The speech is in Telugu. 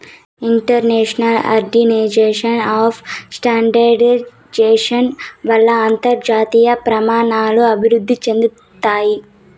ఇంటర్నేషనల్ ఆర్గనైజేషన్ ఫర్ స్టాండర్డయిజేషన్ వల్ల అంతర్జాతీయ ప్రమాణాలు అభివృద్ధి చెందుతాయి